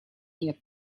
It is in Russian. нет